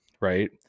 right